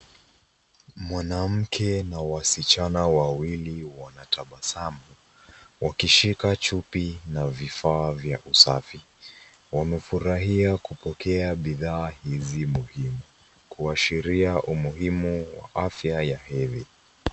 Mwanamke na wasichana wawili wanatabasamu .Wakishika chupi na vifaa vya usafi. Wamefurahia kupokea bidhaa hizi muhimu .Kuashiria umuhimu wa afya ya hedi.